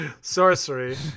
sorcery